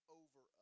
over